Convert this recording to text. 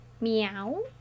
meow